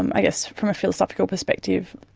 i guess from a philosophical perspective,